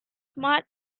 smart